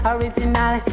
Original